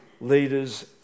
leaders